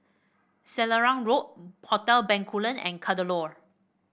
Selarang Road Hotel Bencoolen and Kadaloor